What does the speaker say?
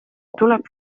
tuleb